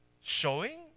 showing